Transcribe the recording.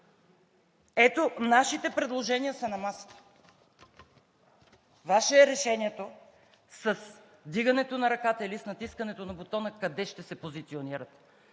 Нашите предложения са на масата. Ваше е решението – с вдигането на ръката или с натискането на бутона, къде ще се позиционирате,